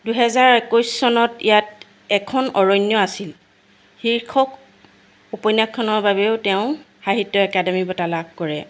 দুহেজাৰ একৈছ চনত ইয়াত এখন অৰণ্য আছিল শীৰ্ষক উপন্যাসখনৰ বাবেও তেওঁ সাহিত্য একাডেমি বঁটা লাভ কৰে